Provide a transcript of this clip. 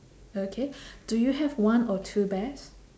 okay do you have one or two bears